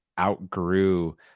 outgrew